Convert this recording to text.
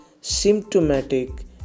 symptomatic